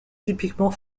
typiquement